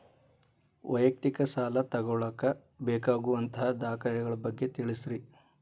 ವೈಯಕ್ತಿಕ ಸಾಲ ತಗೋಳಾಕ ಬೇಕಾಗುವಂಥ ದಾಖಲೆಗಳ ಬಗ್ಗೆ ತಿಳಸ್ರಿ